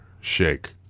shake